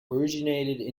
originated